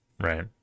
right